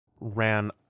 ran